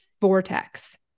vortex